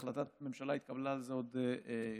החלטת הממשלה התקבלה על זה עוד קודם,